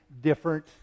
different